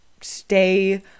stay